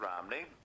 Romney